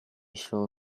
shall